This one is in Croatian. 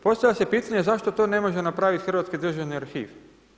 Postavlja se pitanje zašto to ne može napraviti Hrvatski državni arhiv?